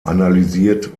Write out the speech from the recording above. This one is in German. analysiert